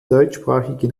deutschsprachigen